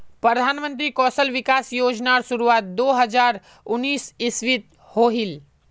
प्रधानमंत्री कौशल विकाश योज्नार शुरुआत दो हज़ार उन्नीस इस्वित होहिल